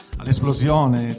all'esplosione